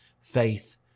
faith